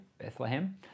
Bethlehem